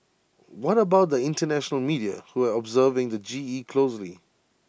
what about the International media who are observing the G E closely